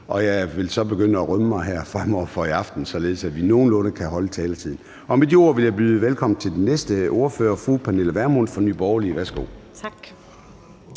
her i aften begynde at rømme mig, således at vi nogenlunde kan holde taletiden. Med de ord vil jeg byde velkommen til den næste ordfører, fru Pernille Vermund fra Nye Borgerlige.